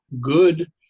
good